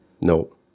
no